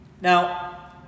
Now